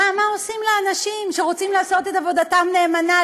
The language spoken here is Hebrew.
מה עושים לאנשים שרוצים לעשות עבודתם נאמנה,